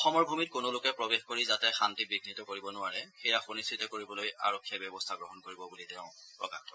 অসমৰ ভূমিত কোনো লোকে প্ৰৱেশ কৰি যাতে শান্তি বিঘিত কৰিব নোৱাৰে সেয়া সুনিশ্চিত কৰিবলৈ আৰক্ষীয়ে ব্যৱস্থা গ্ৰহণ কৰিব বুলি তেওঁ প্ৰকাশ কৰে